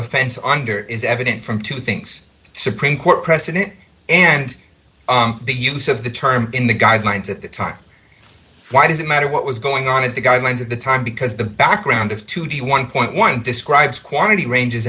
offense under is evident from two things supreme court precedent and the use of the term in the guidelines at the time why does it matter what was going on in the guidelines at the time because the background of two d one dollar describes quantity ranges